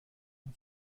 اون